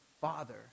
Father